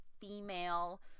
female